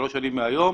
שלוש שנים מהיום,